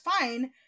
fine